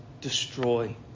destroy